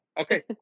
Okay